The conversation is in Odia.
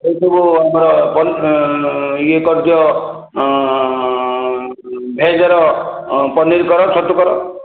ଏଇସବୁ ଆମର ଇଏ କରିଦିଅ ଭେଜ୍ର ପନିର୍ କର ଛତୁ କର